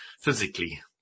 physically